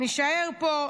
נישאר פה.